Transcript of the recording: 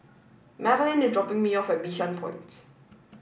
Madelyn is dropping me off at Bishan Point